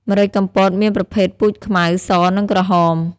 ម្រេចកំពតមានប្រភេទពូជខ្មៅ ស និងក្រហម។